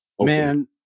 Man